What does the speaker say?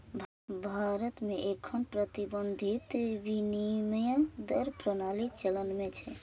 भारत मे एखन प्रबंधित विनिमय दर प्रणाली चलन मे छै